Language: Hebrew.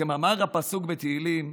וכמאמר הפסוק בתהילים,